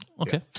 okay